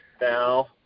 now